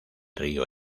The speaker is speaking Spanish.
río